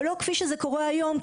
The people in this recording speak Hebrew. ולא כפי שזה קורה היום.